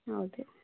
ಹೌದು